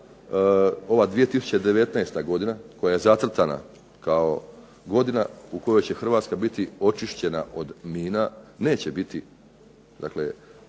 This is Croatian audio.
ova 2019. godina koja je zacrtana kao godina u kojoj će Hrvatska biti očišćena od mina, neće biti dakle